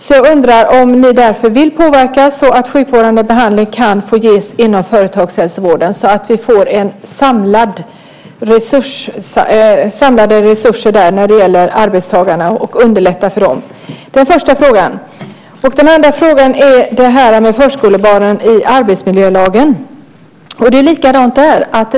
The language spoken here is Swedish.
Därför undrar jag: Vill ni påverka så att sjukvårdande behandling kan få ges inom företagshälsovården så att vi får samlade resurser där när det gäller arbetstagarna och därmed underlättar för dem? Det är den första frågan. Den andra frågan gäller förskolebarnen och arbetsmiljölagen. Det är likadant där.